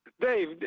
Dave